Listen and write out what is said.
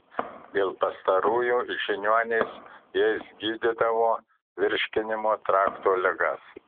dėl pastarųjų žiniuonys jais gydydavo virškinimo trakto ligas